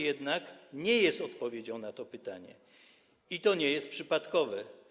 Jednak raport nie jest odpowiedzią na to pytanie i to nie jest przypadkowe.